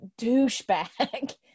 douchebag